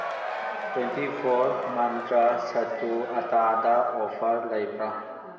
twenty four ꯃꯟꯇ꯭ꯔꯥ ꯁꯇꯨ ꯑꯇꯥꯗ ꯑꯣꯐꯔ ꯂꯩꯕ꯭ꯔꯥ